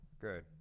Good